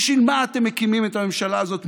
בשביל מה אתם מקימים את הממשלה הזאת?